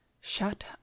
Shut